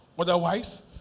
Otherwise